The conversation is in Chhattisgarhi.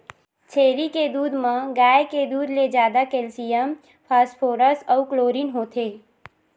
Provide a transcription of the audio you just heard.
छेरी के दूद म गाय के दूद ले जादा केल्सियम, फास्फोरस अउ क्लोरीन होथे